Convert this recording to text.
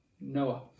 Noah